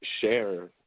share